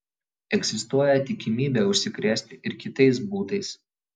egzistuoja tikimybė užsikrėsti ir kitais būdais